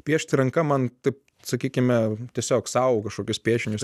piešti ranka man taip sakykime tiesiog sau kažkokius piešinius